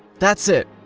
that's it!